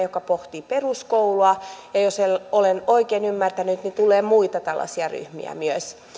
joka pohtii peruskoulua ja jos olen oikein ymmärtänyt niin tulee myös muita tällaisia ryhmiä